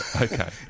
Okay